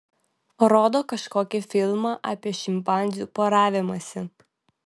rodo kažkokį filmą apie šimpanzių poravimąsi